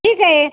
ठीक आहे